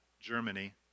Germany